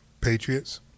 Patriots